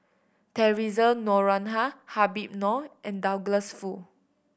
Theresa Noronha Habib Noh and Douglas Foo